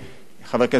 מכיר בצורך,